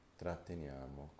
tratteniamo